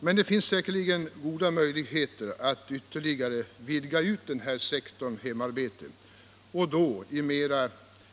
Men det finns säkerligen goda möjligheter att ytterligare vidga sektorn hemarbete, och då i mera